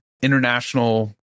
international